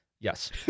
Yes